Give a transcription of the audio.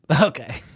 okay